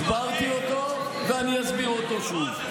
הסברתי אותו, ואני אסביר אותו שוב.